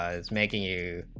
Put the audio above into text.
is making you